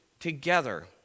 Together